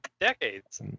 decades